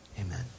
Amen